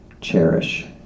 cherish